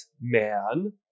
man